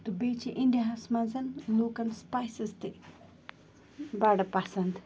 تہٕ بیٚیہِ چھِ اِنڈیاہَس منٛز لُکَن سٕپایسٕز تہِ بَڑٕ پَسَنٛد